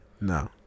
no